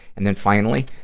and then finally,